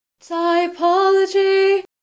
typology